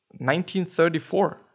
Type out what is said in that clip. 1934